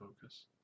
focus